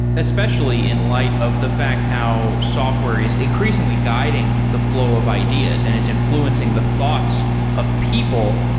especially in light of the fact how software is increasingly guiding the flow of ideas and it's influencing the thoughts of people,